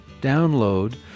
download